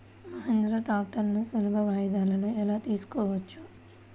మహీంద్రా ట్రాక్టర్లను సులభ వాయిదాలలో ఎలా తీసుకోవచ్చు?